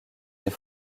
ses